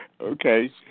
Okay